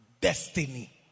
Destiny